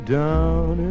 down